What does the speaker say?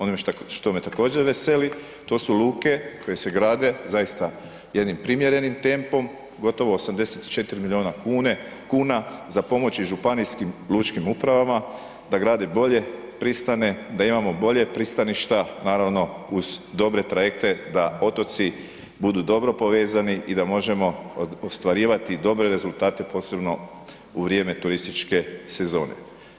Ono što me također veseli to su luke koje se grade zaista jednim primjerenim tempom gotovo 84 miliona kuna za pomoći županijskim lučkim upravama da grade bolje pristane, da imamo bolje pristaništa naravno uz dobre trajekte da otoci budu dobro povezani i da možemo ostvarivati dobre rezultate posebno u vrijeme turističke sezone.